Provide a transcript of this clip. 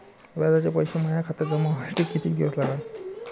व्याजाचे पैसे माया खात्यात जमा व्हासाठी कितीक दिवस लागन?